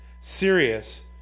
Serious